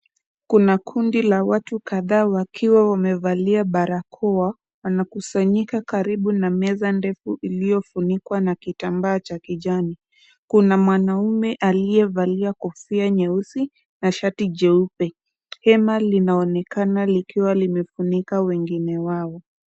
Kuna kundi la watu kadhaa wakiwa wamevalia barakoa. Wamekusanyika karibu na meza ndefu iliyofunikwa na kitambaa cha kijani. Kuna mwanamume aliyevalia kofia nyeusi na shati jeupe. Hema linaonekana likiwa limefunika wengine wao.